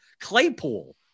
Claypool